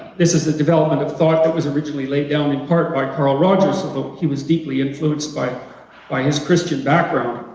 this is the development of thought that was originally laid out in part by carl rogers although he was deeply influenced by by his christian background